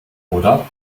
oder